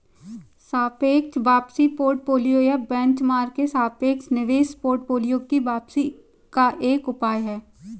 सापेक्ष वापसी पोर्टफोलियो या बेंचमार्क के सापेक्ष निवेश पोर्टफोलियो की वापसी का एक उपाय है